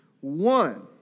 one